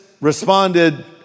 responded